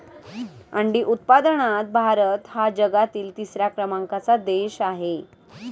अंडी उत्पादनात भारत हा जगातील तिसऱ्या क्रमांकाचा देश आहे